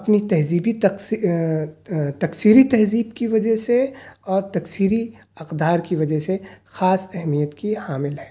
اپنی تہذیبی تقصیر تقصیری تہذیب کی وجہ سے اور تقصیری اقدار کی وجہ سے خاص اہمیت کی حامل ہے